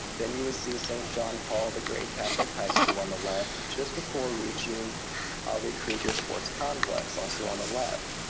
then you would see saint john paul the great catholic high school on the left, just before reaching ali krieger sports complex, also on the left.